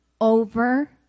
over